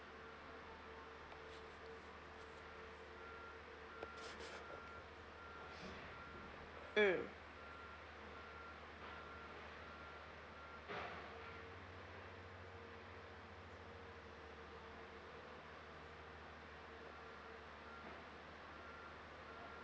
mm